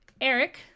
Eric